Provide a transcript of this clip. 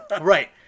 Right